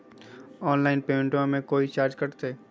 Online पेमेंटबां मे कोइ चार्ज कटते?